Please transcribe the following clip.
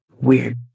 weird